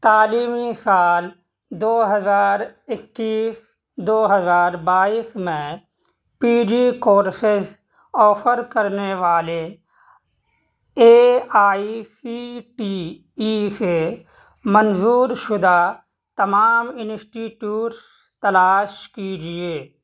تعلیمی سال دو ہزار اکیس دو ہزار بائیس میں پی جی کورسز آفر کرنے والے A I C T E سے منظور شدہ تمام انسٹیٹیوٹس تلاش کیجیے